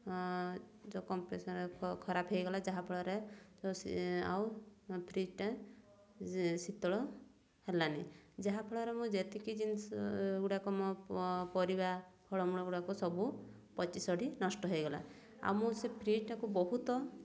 compressor ଖରାପ ହେଇଗଲା ଯାହାଫଳରେ ଆଉ ଫ୍ରିଜ୍ଟା ଶୀତଳ ହେଲାନି ଯାହାଫଳରେ ମୁଁ ଯେତିକି ଜିନିଷ ଗୁଡ଼ାକ ମୋ ପରିବା ଫଳମୂଳ ଗୁଡ଼ାକ ସବୁ ପଚି ସଢ଼ି ନଷ୍ଟ ହେଇଗଲା ଆଉ ମୁଁ ସେ ଫ୍ରିଜ୍ଟା ବହୁତ